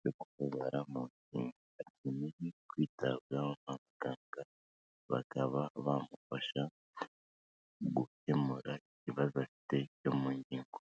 cyo kubabara mu ngingo akeneye kwitabwaho n'abaganga bakaba bamufasha gukemura ibibazo afite byo mu ngingo.